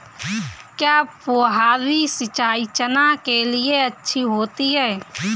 क्या फुहारी सिंचाई चना के लिए अच्छी होती है?